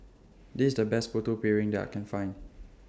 This The Best Putu Piring that I Can Find